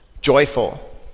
joyful